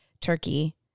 turkey